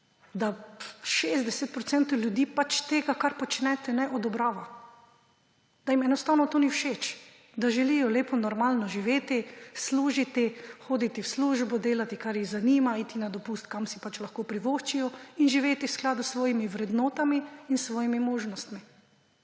da 60 % ljudi pač tega, kar počnete, ne odobrava, da jim enostavno to ni všeč, da želijo lepo, normalno živeti, služiti, hoditi v službo, delati, kar jih zanima, iti na dopust, kamor si pač lahko privoščijo, in živeti v skladu s svojimi vrednotami in svojimi možnostmi.